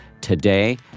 today